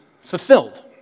fulfilled